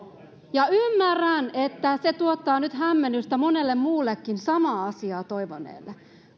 ymmärrän että se tuottaa nyt hämmennystä monelle muullekin samaa asiaa toivoneelle